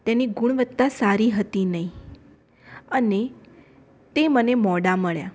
તેની ગુણવત્તા સારી હતી નહીં અને તે મને મોડા મળ્યા